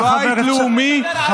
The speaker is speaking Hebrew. בית לאומי לעם היהודי בארץ ישראל.